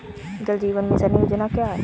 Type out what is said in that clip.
जल जीवन मिशन योजना क्या है?